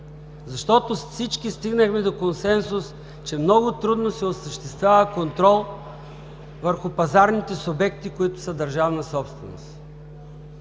защото всички стигнахме до консенсус, че много трудно се осъществява контрол върху пазарните субекти, които са държавна собственост,